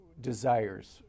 desires